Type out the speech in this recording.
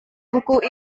buku